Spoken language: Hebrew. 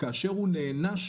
כאשר הוא נענש,